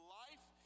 life